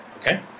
Okay